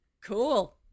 cool